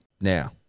Now